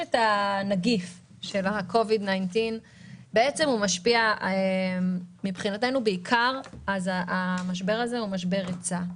הנגיף קוביד 19 משפיע מבחינתנו בעיקר על משבר היצע.